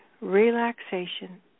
relaxation